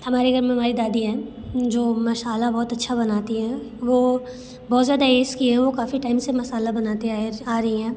हमारे घर में हमारी दादी हैं जो मसाला बहुत अच्छा बनाती हैं वो बहुत ज़्यादा एज़ की हैं वो काफ़ी टाइम से मसाला बनाती आ रहीं हैं